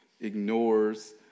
ignores